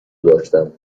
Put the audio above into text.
داشتم